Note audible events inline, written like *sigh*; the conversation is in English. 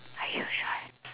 are you sure *noise*